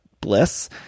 bliss